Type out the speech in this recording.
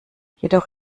jedoch